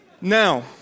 Now